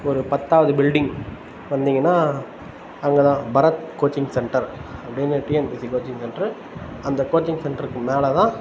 ஒரு பத்தாவது பில்டிங் வந்தீங்கன்னால் அங்கேதான் பரத் கோச்சிங் சென்டர் அப்படின்னு டிஎன்பிஎஸ்சி கோச்சிங் சென்டர் அந்த கோச்சிங் சென்டருக்கு மேலேதான்